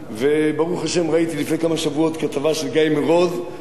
ראיתי לפני כמה שבועות כתבה של גיא מרוז שהוא צועק "הצילו",